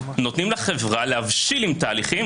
נותנים לחברה להבשיל עם תהליכים.